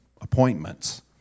appointments